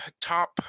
Top